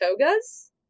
togas